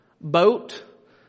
boat